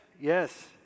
yes